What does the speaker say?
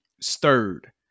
stirred